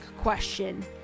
question